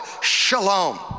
Shalom